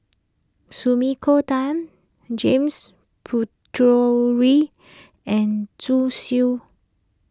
Sumiko Tan James and Zhu Xu